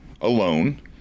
alone